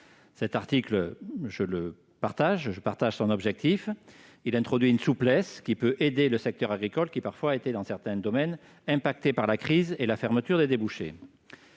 Cet article je le partage, je partage son objectif, il introduit une souplesse qui peut aider le secteur agricole qui, parfois, été dans certains domaines impactés par la crise et la fermeture des débouchés